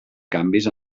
canvis